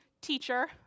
teacher